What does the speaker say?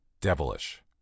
devilish